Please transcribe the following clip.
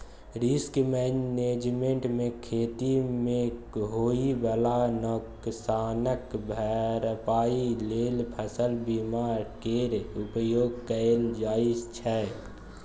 risk management मे खेती मे होइ बला नोकसानक भरपाइ लेल फसल बीमा केर उपयोग कएल जाइ छै